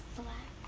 black